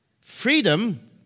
Freedom